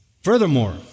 Furthermore